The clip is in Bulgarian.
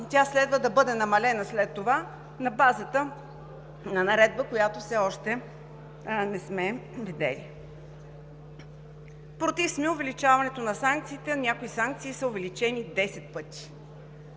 тя следва да бъде намалена след това на базата на наредба, която все още не сме видели. Против сме увеличаването на санкциите – някои санкции са увеличени десет пъти: